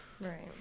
right